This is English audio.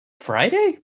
Friday